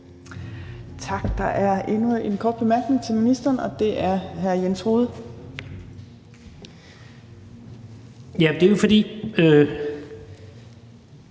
Tak. Der er endnu en kort bemærkning til ministeren, og den er fra hr. Jens Rohde.